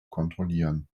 kontrollieren